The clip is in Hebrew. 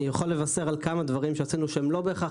אני יכול לבשר על כמה דברים שעשינו שהם לא בהכרח